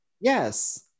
Yes